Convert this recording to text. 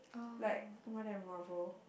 like more than Marvel